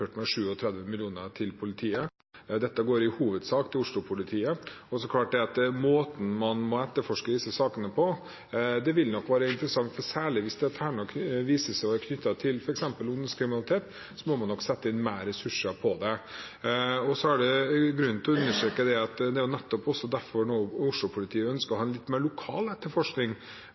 med 37 mill. kr til politiet. Dette går i hovedsak til Oslo-politiet. Det er klart at måten man må etterforske disse sakene på, vil nok være interessant. Særlig hvis dette viser seg å være knyttet til f.eks. ungdomskriminalitet, må man nok sette inn mer ressurser til det. Så er det grunn til å understreke at det er nettopp også derfor Oslo-politiet nå ønsker å ha en litt mer lokal etterforskning,